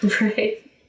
Right